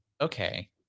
okay